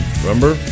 remember